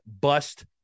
bust